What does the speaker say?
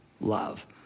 love